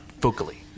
vocally